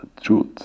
truth